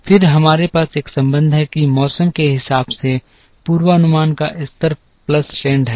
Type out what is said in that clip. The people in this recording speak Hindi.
फिर हमारे पास एक संबंध है कि मौसम के हिसाब से पूर्वानुमान का स्तर प्लस ट्रेंड है